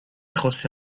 jose